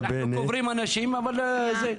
אנחנו קוברים אנשים אבל זה --- תודה,